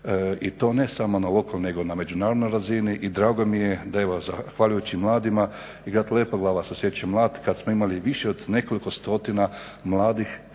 i to ne samo na lokalnoj nego i na međunarodnoj razini. I drago mi je da evo zahvaljujući mladima i grad Lepoglava se osjeća mlad. Kad smo imali više od nekoliko stotina mladih,